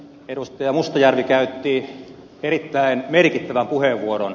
edustaja mustajärvi käytti erittäin merkittävän puheenvuoron